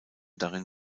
darin